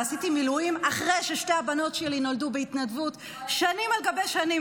ועשיתי מילואים בהתנדבות אחרי ששתי הבנות שלי נולדו שנים על גבי שנים.